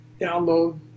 download